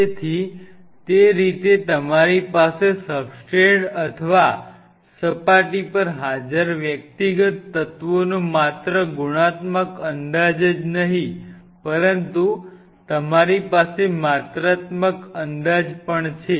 તેથી તે રીતે તમારી પાસે સબસ્ટ્રેટ અથવા સપાટી પર હાજર વ્યક્તિગત તત્વોનો માત્ર ગુણાત્મક અંદાજ જ નહી પરંતુ તમારી પાસે માત્રાત્મક અંદાજ પણ છે